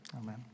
Amen